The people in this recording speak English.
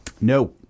No